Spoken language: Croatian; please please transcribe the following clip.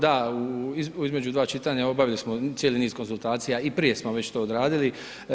Da, između dva čitanja obavili smo cijeli niz konzultacija i prije smo već to odradili.